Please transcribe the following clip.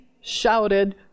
shouted